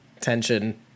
tension